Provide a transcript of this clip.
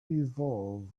evolve